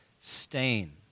stain